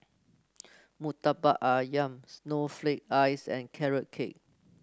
Murtabak ayam Snowflake Ice and Carrot Cake